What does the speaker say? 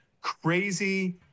crazy